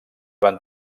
van